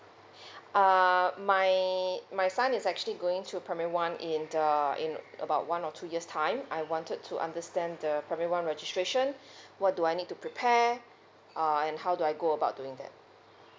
uh my my son is actually going to primary one in the about one or two years time I wanted to understand the primary one registration what do I need to prepare uh and how do I go about doing that